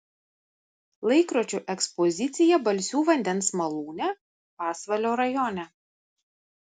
laikrodžių ekspozicija balsių vandens malūne pasvalio rajone